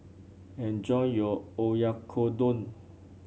enjoy your Oyakodon